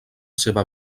seva